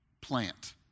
plant